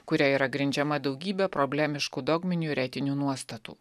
kuria yra grindžiama daugybė problemiškų dogminių ir etinių nuostatų